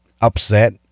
upset